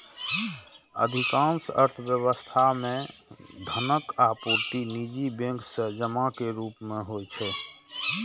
अधिकांश अर्थव्यवस्था मे धनक आपूर्ति निजी बैंक सं जमा के रूप मे होइ छै